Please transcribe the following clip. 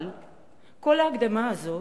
אבל כל ההקדמה הזו